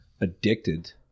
addicted